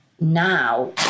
now